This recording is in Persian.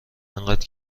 انقدر